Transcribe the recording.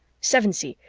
sevensee,